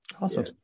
Awesome